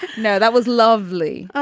you know that was lovely.